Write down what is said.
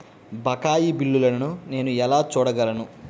బకాయి బిల్లును నేను ఎలా చూడగలను?